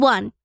One